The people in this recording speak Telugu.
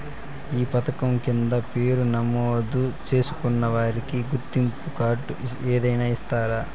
ఈ పథకం కింద పేరు నమోదు చేసుకున్న వారికి గుర్తింపు కార్డు ఏదైనా ఇస్తారా?